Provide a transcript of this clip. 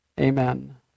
amen